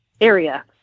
area